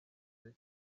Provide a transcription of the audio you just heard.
zose